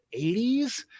80s